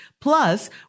plus